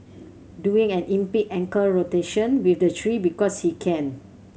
doing an ankle rotation with the tree because he can